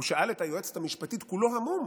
הוא שאל את היועצת המשפטית כולו המום: